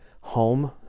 home